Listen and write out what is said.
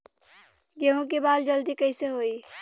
गेहूँ के बाल जल्दी कईसे होई?